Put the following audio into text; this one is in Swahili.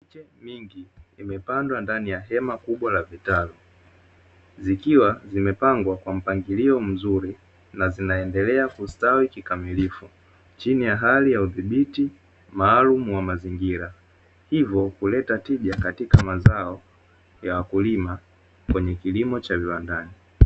Miche mingi, imepandwa ndani ya hema kubwa la vitalu, zikiwa zimepangwa kwa mpangilio mzuri na zinaendelea kustawi kikamilifu, chini ya hali ya udhibiti maalumu wa mazingira hivyo kuleta tija katika mazao ya wakulima kwenye kilimo cha viwandani.